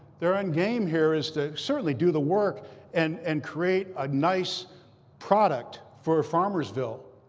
their end game here is to certainly do the work and and create a nice product for farmersville,